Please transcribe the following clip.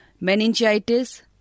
meningitis